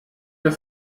der